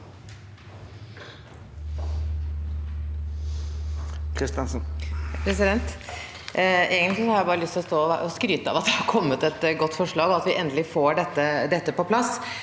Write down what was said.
Egentlig har jeg bare lyst til å skryte av at det er kommet et godt forslag, og at vi endelig får dette på plass.